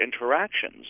interactions